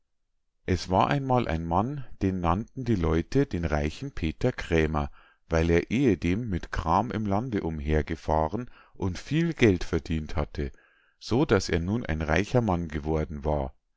es war einmal ein mann den nannten die leute den reichen peter krämer weil er ehedem mit kram im lande umhergefahren und viel geld verdient hatte so daß er nun ein reicher mann geworden war